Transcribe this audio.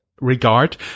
Regard